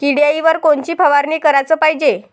किड्याइवर कोनची फवारनी कराच पायजे?